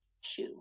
shoe